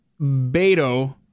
Beto